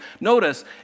Notice